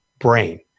brain